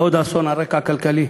לעוד אסון על רקע כלכלי?